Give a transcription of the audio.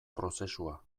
prozesua